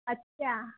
अच्छा